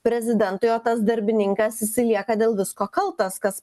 prezidentui o tas darbininkas jisai lieka dėl visko kaltas kas